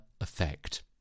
effect